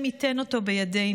ה' ייתן אותו בידינו.